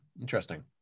interesting